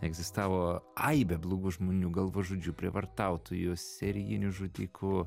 egzistavo aibė blogų žmonių galvažudžių prievartautojų serijinių žudikų